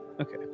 okay